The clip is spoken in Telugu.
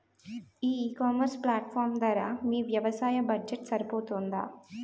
ఈ ఇకామర్స్ ప్లాట్ఫారమ్ ధర మీ వ్యవసాయ బడ్జెట్ సరిపోతుందా?